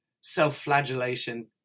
self-flagellation